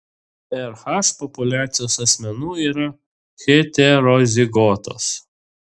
rh populiacijos asmenų yra heterozigotos